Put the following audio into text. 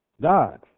God